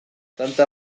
tanta